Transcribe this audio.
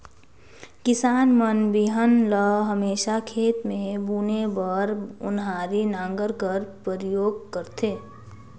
किसान मन बीहन ल हमेसा खेत मे बुने बर ओन्हारी नांगर कर परियोग करथे